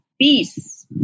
peace